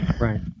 Right